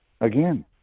again